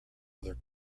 other